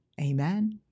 amen